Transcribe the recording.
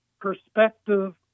perspective